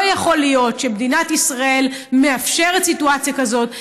לא יכול להיות שמדינת ישראל מאפשרת סיטואציה כזאת,